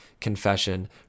confession